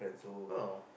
oh